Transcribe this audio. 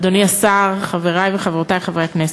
אדוני השר, חברי וחברותי חברי הכנסת,